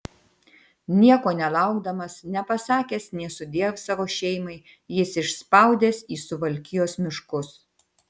nieko nelaukdamas nepasakęs nė sudiev savo šeimai jis išspaudęs į suvalkijos miškus